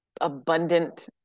abundant